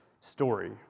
story